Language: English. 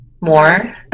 more